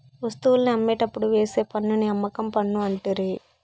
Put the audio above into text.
వస్తువుల్ని అమ్మేటప్పుడు వేసే పన్నుని అమ్మకం పన్ను అంటిరి